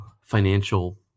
financial